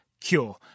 cure